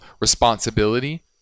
responsibility